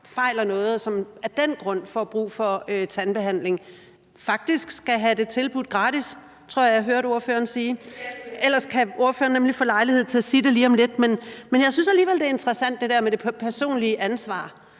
fejler noget, og som af den grund får brug for tandbehandling, faktisk skal have det tilbudt gratis, tror jeg jeg hørte ordføreren sige – ellers kan ordføreren nemlig få lejlighed til at sige det lige om lidt. Men jeg synes alligevel, at det der med det personlige ansvar